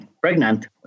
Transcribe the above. pregnant